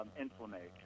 inflammation